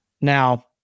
Now